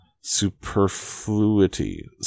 superfluity